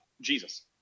Jesus